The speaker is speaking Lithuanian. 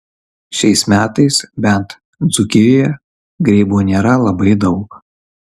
šiais metais bent dzūkijoje grybų nėra labai daug